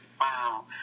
wow